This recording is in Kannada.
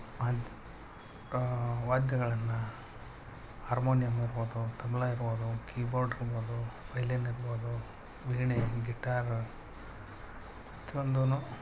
ವಾದ್ ವಾದ್ಯಗಳನ್ನು ಹಾರ್ಮೋನಿಯಮ್ ಇರ್ಬೋದು ತಬಲಾ ಇರ್ಬೋದು ಕೀಬೋರ್ಡ್ ಇರ್ಬೋದು ವೈಲಿನ್ ಇರ್ಬೋದು ವೀಣೆ ಗಿಟಾರು ಪ್ರತಿಯೊಂದೂನು